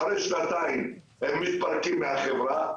אחרי שנתיים הם מתפרקים מהחברה,